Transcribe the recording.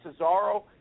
Cesaro